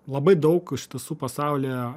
labai daug iš tiesų pasaulyje